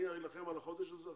אני אלחם על החודש הזה עכשיו?